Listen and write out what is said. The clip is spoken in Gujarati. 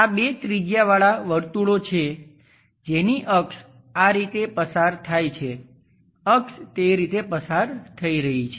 આ બે ત્રિજ્યાવાળા વર્તુળો છે જેની અક્ષ આ રીતે પસાર થાય છે અક્ષ તે રીતે પસાર થઈ રહી છે